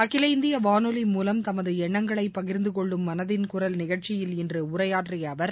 அகில இந்திய வானொலி மூலம் தமது எண்ணங்களை பகிர்ந்து கொள்ளும் மனதின் குரல் நிகழ்ச்சியில் இன்று உரையாற்றிய அவர்